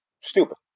stupid